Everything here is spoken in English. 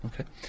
Okay